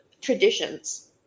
traditions